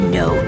no